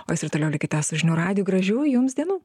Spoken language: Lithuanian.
o jūs ir toliau likite su žinių radiju gražių jums dienų